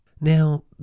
Now